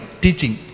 teaching